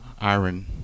iron